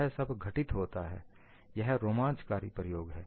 यह सब घटित होता है यह रोमांचकारी प्रयोग है